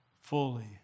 fully